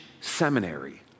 seminary